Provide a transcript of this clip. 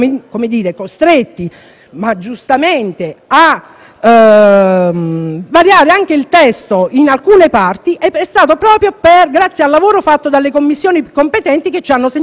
ma giustamente - a variare il testo in alcune parti è stato proprio grazie al lavoro fatto dalle Commissioni competenti, che ci hanno segnalato delle criticità.